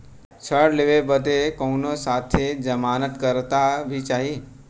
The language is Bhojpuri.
ऋण लेवे बदे कउनो साथे जमानत करता भी चहिए?